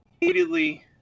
immediately